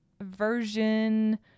version